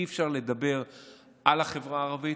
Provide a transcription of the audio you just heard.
אי-אפשר לדבר על החברה הערבית,